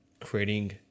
creating